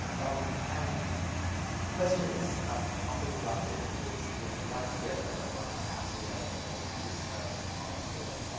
um, and, the questions i've often gotten is, you know, why squared error? why not absolute error, or this error to the power of four?